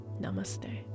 Namaste